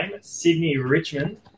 Sydney-Richmond